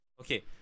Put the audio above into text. Okay